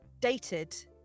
dated